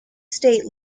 state